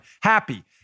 happy